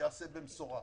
וייעשה במשורה.